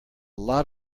lot